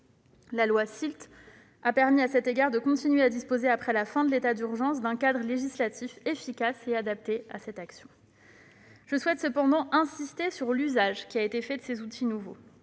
La loi SILT a permis à ces services de continuer à disposer, après la fin de l'état d'urgence, d'un cadre législatif efficace et adapté à leur action. Je souhaite cependant insister sur l'usage qui a été fait de ces outils nouveaux.